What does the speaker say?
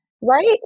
Right